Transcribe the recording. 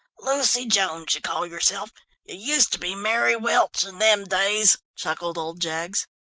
lucy jones you call yourself you used to be mary welch in them days, chuckled old jaggs.